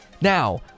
Now